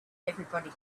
everybody